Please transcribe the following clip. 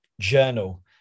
journal